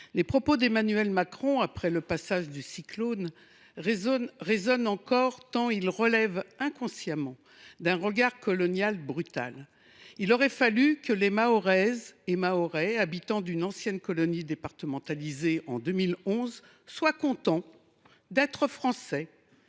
Les propos d’Emmanuel Macron après le passage du cyclone résonnent encore tant ils relèvent inconsciemment d’un regard colonial brutal. Il aurait fallu que les Mahoraises et les Mahorais, habitants d’une ancienne colonie départementalisée en 2011, soient contents d’être Français…